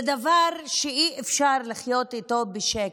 זה דבר שאי-אפשר לחיות איתו בשקט.